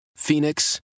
Phoenix